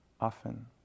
often